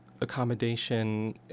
accommodation